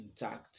intact